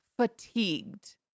fatigued